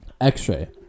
X-ray